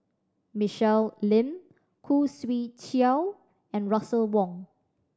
Michelle Lim Khoo Swee Chiow and Russel Wong